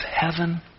heaven